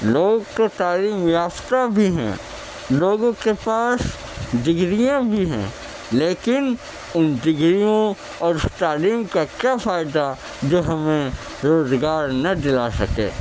لوگ تو تعلیم یافتہ بھی ہیں لوگوں کے پاس ڈگریاں بھی ہیں لیکن ان ڈگریوں اور اس تعلیم کا کیا فائدہ جو ہمیں روزگار نہ دلا سکے